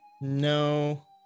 No